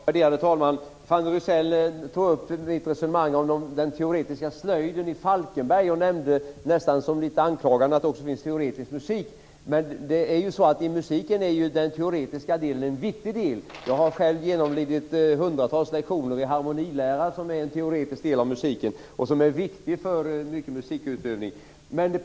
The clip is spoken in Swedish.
Värderade talman! Fanny Rizell tog upp mitt resonemang om den teoretiska slöjden i Falkenberg och nämnde nästan litet anklagande att det också finns teoretisk musik. Men i musiken är den teoretiska delen en viktig del. Jag har själv genomlidit hundratals lektioner i harmonilära som är en teoretisk del av musiken, och den är viktig för mycket musikutövning.